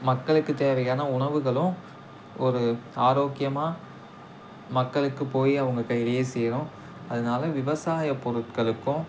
மக்களுக்கு தேவையான உணவுகளும் ஒரு ஆரோக்கியமாக மக்களுக்கு போய் அவங்க கையிலேயே சேரும் அதனால விவசாயப்பொருட்களுக்கும்